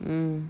mm